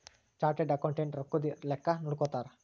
chartered accountant ರೊಕ್ಕದ್ ಲೆಕ್ಕ ನೋಡ್ಕೊಳೋರು